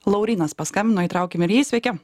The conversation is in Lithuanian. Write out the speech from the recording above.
laurynas paskambino įtraukim ir jį sveiki